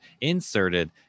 inserted